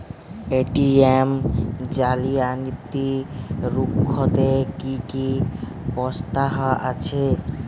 ATM জালিয়াতি রুখতে কি কি পন্থা আছে?